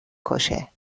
کشه